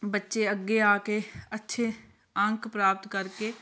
ਬੱਚੇ ਅੱਗੇ ਆ ਕੇ ਅੱਛੇ ਅੰਕ ਪ੍ਰਾਪਤ ਕਰਕੇ